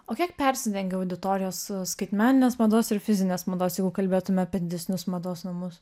o kiek persidengia auditorijos su skaitmeninės mados ir fizinės mados jeigu kalbėtumėme apie didesnius mados namus